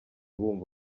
bumva